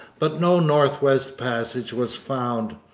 but no north-west passage was found,